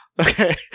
Okay